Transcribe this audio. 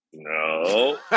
No